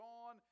on